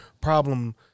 problem